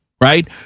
right